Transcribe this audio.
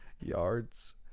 yards